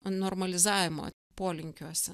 normalizavimo polinkiuose